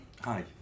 Hi